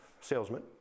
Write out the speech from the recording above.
salesman